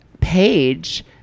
page